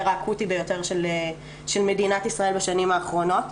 האקוטי ביותר של מדינת ישראל בשנים האחרונות.